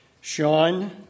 Sean